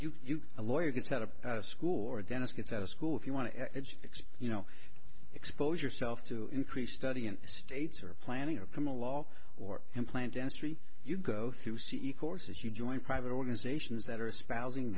are you a lawyer gets out of school or a dentist gets out of school if you want to you know expose yourself to increase study in the states or planning or come a law or implant dentistry you go through c e courses you join private organizations that are espousing